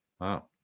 wow